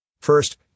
First